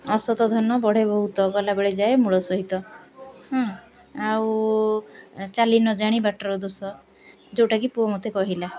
ଅସତ ଧନ ବଢ଼େ ବହୁତ ଗଲାବେଳେ ଯାଏ ମୂଳ ସହିତ ହୁଁ ଆଉ ଚାଲି ନ ଜାଣି ବାଟର ଦୋଷ ଯେଉଁଟାକି ପୁଅ ମୋତେ କହିଲା